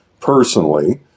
personally